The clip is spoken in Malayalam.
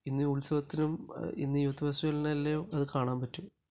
ഇന്ന് ഈ ഉത്സവത്തിനും ഇന്നു യൂത്ത് ഫെസ്റ്റിവലിനും എല്ലാം അത് കാണാന് പറ്റും